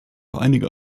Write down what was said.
einige